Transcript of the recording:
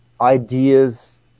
ideas